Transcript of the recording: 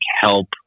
help